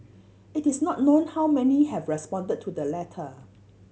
it is not known how many have responded to the letter